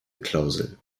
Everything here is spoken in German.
klausel